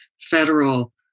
federal